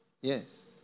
Yes